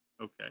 Okay